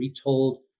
retold